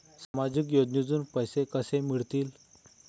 सामाजिक योजनेतून पैसे कसे मिळतील?